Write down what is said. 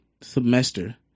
semester